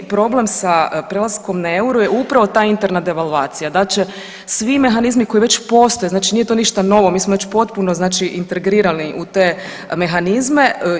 Problem sa prelaskom na euro je upravo ta interna devalvacija, da će svi mehanizmi koji već postoje znači nije to ništa novo, mi smo već potpuno znači integrirani u te mehanizme.